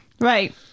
Right